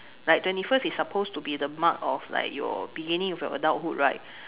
like twenty first is supposed to be the mark of your beginning of your adulthood right